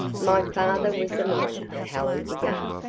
my father was a miner, helen began.